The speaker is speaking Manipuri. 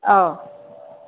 ꯑꯥꯎ